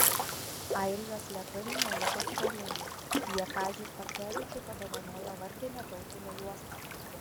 airijos lietuviai neliko skolingi jie kaziui starkevičiui padovanojo vardinę tautinę juostą